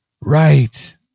Right